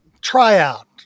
tryout